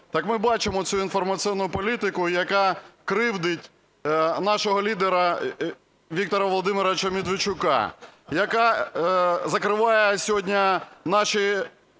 Так ми бачимо цю інформаційну політику, яка кривдить нашого лідера Віктора Володимировича Медведчука, яка закриває сьогодні наші